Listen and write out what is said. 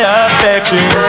affection